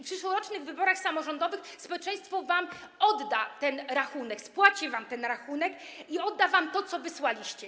W przyszłorocznych wyborach samorządowych społeczeństwo wam odda to, spłaci wam ten rachunek i odda wam to, co wysłaliście.